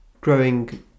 growing